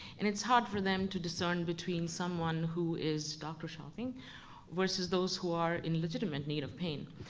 and it's hard for them to discern between someone who is doctor shopping versus those who are in legitimate need of pain.